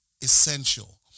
essential